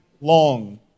long